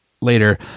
later